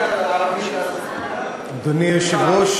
אדוני היושב-ראש,